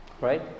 right